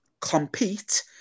Compete